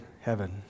heaven